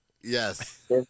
Yes